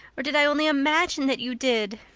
or did i only imagine that you did?